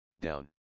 down